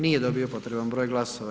Nije dobio potreban broj glasova.